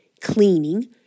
cleaning